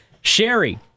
Sherry